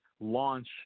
launch